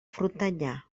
frontanyà